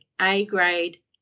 A-grade